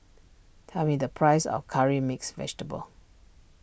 tell me the price of Curry Mixed Vegetable